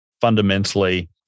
fundamentally